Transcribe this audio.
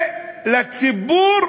ולציבור,